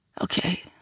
Okay